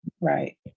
right